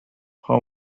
how